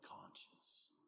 conscience